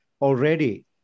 already